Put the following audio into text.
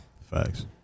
Facts